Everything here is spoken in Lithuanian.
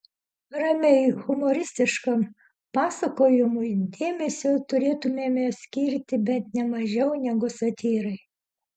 ramiai humoristiškam pasakojimui dėmesio turėtumėme skirti bent ne mažiau negu satyrai